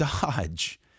dodge